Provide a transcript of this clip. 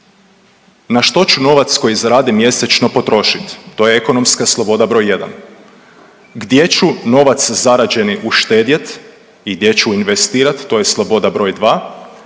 Na što ću novac koji zaradim mjesečno potrošiti, to je ekonomska sloboda br. 1. Gdje ću novac zarađeni uštedjeti i gdje ću investirati, to je sloboda br. 2.